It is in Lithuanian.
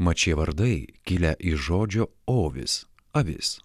mat šie vardai kilę iš žodžio ovis avis